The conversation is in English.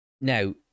now